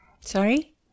Sorry